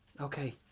Okay